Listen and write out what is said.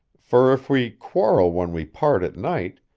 for if we quarrel when we part at night,